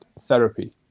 therapy